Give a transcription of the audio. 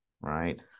right